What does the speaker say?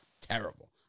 terrible